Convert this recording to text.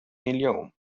اليوم